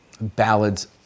ballads